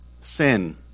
sin